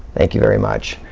thank you very much,